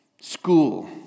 School